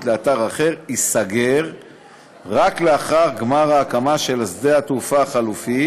לאתר אחר ייסגר רק לאחר גמר ההקמה של שדה-התעופה החלופי